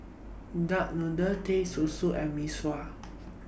Duck Noodle Teh Susu and Mee Sua